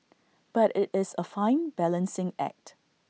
but IT is A fine balancing act